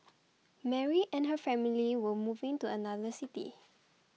Mary and her family were moving to another city